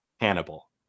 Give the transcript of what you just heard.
Hannibal